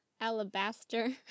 Alabaster